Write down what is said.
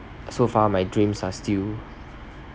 so far my dreams are still